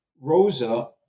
Rosa